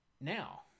now